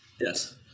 Yes